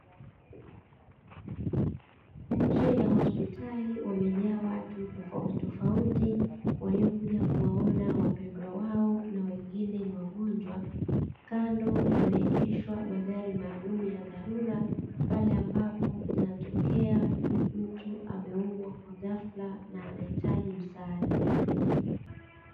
Nje ya hospitali wamejaa watu tofautitofauti waliokuja kuwaona wapendwa wao na wengine ni wagonjwa, kando yameegeshwa magari maalumu ya dharura pale ambapo inatokea mtu ameumwa kwa ghafla na anahitaji msaada.